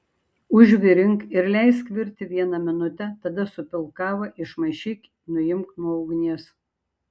užvirink ir leisk virti vieną minutę tada supilk kavą išmaišyk nuimk nuo ugnies